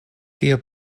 tio